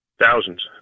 Thousands